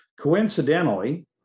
Coincidentally